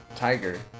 tiger